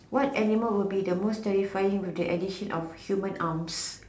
what animal will be the most terrifying with the addition of human arms